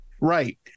Right